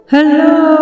Hello